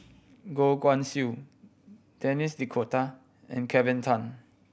Goh Guan Siew Denis D'Cotta and Kelvin Tan